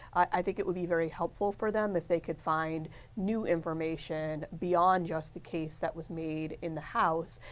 i think it would be very helpful for them if they could find new information beyond just the case that was made in the house.